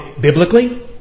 biblically